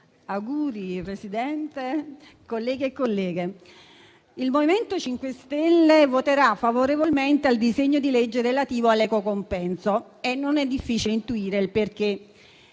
auguri al presidente Bongiorno, annuncio che il MoVimento 5 Stelle voterà favorevolmente al disegno di legge relativo all'equo compenso e non è difficile intuire il perché.